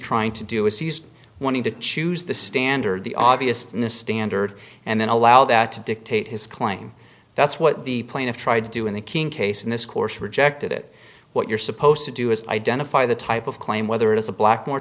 trying to do is use wanting to choose the standard the obvious to a standard and then allow that to dictate his claim that's what the plaintiff tried to do in the king case in this course rejected it what you're supposed to do is identify the type of claim whether it is a black or